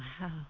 Wow